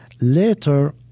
Later